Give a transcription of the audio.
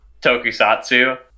tokusatsu